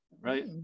right